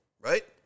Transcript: right